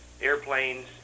airplanes